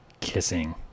kissing